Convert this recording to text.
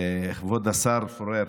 כבוד השר פורר,